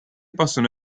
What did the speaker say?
possono